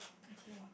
okay